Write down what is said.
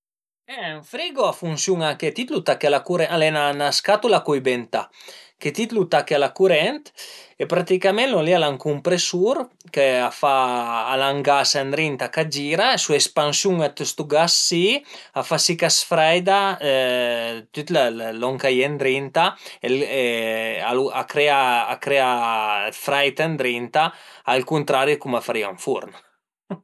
E ën frigo a funsiun-a che ti t'lu tache a la curent, al e 'na scatula cuimbentà che ti t'lu tache a la curent e praticament lon li al a ün cumpresur ch'a fa, al a ën gas ëndrinta ch'a gira e l'espansiun dë stu gas si a fa si ch'a së freida tüt lon ch'a ie ëndrinta e a crea, a crea freit ëndrinta, al cuntrari dê cum a farìa ën furn